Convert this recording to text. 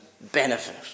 benefit